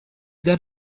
that